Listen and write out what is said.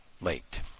late